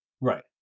Right